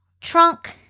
trunk